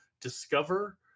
discover